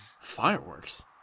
Fireworks